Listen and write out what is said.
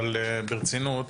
אבל ברצינות,